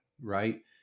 right